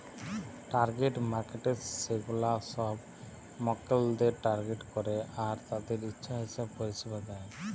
target markets সেগুলা সব মক্কেলদের টার্গেট করে আর তাদের ইচ্ছা হিসাবে পরিষেবা দেয়